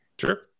Sure